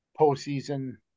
postseason